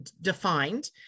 defined